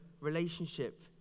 relationship